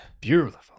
Beautiful